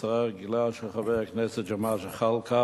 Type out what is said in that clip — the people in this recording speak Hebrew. להצעה רגילה של חבר הכנסת ג'מאל זחאלקה: